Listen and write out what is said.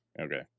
Okay